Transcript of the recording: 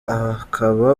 akaba